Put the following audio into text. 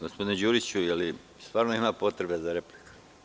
Gospodine Đuriću, da li stvarno ima potrebe za replikom?